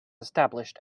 established